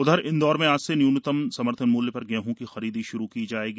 उधर इंदौर में आज से न्यूनतम समर्थन मूल्य पर गेहं की खरीदी श्रु की जाएगी